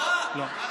הצבעה, הצבעה, הצבעה.